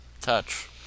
touch